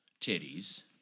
titties